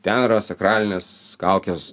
ten yra sakralinės kaukės